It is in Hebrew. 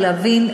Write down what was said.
ולהבין.